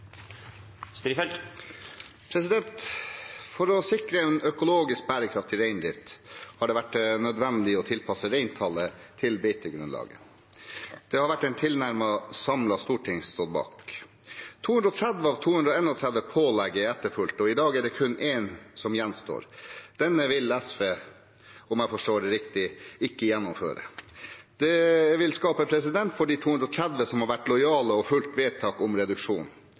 For å sikre en økologisk bærekraftig reindrift har det vært nødvendig å tilpasse reintallet til beitegrunnlaget. Det har et tilnærmet samlet storting stått bak. 230 av 231 pålegg er etterfulgt. I dag er det kun ett som gjenstår, og dette vil SV, om jeg forstår det riktig, ikke gjennomføre. Det vil skape presedens for de 230 som har vært lojale og fulgt vedtaket om reduksjon.